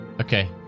Okay